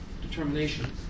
determination